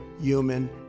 human